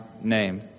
name